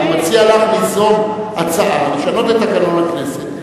אני מציע לך ליזום הצעה לשנות את תקנון הכנסת,